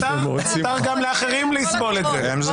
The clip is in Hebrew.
מותר גם לאחרים לסבול את זה.